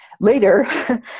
Later